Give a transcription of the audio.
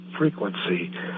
frequency